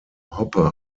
hoppe